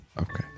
Okay